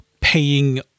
paying